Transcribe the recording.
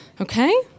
Okay